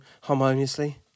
harmoniously